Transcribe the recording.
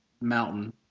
mountain